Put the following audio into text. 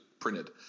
printed